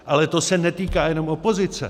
Ale to se netýká jenom opozice.